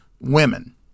women